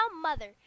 mother